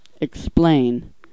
Explain